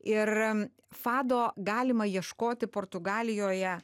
ir fado galima ieškoti portugalijoje